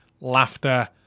laughter